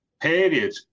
period